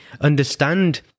understand